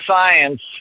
science